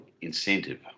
incentive